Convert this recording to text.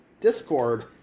Discord